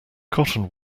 cotton